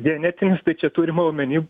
genetinis tai čia turima omeny